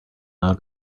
allow